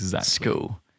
school